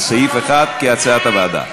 על סעיף 1, כהצעת הוועדה.